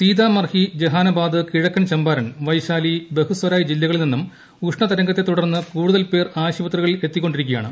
സീതാമർഹി ജഹാനബാദ് കിഴക്കൻ ചമ്പാരൻ വൈശാലി ബഗുസ്വരായി ജില്ലകളിൽ നിന്നും ഉഷ്ണതരംഗത്തെ തുടർന്ന് കൂടുതൽ പേർ ആശുപത്രികളിൽ എത്തിക്കൊണ്ടിരിക്കുകയാണ്